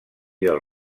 del